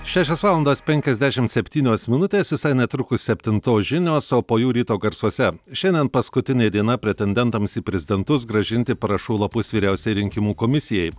šešios valandos penkiasdešimt septynios minutės visai netrukus septintos žinios o po jų ryto garsuose šiandien paskutinė diena pretendentams į prezidentus grąžinti parašų lapus vyriausiajai rinkimų komisijai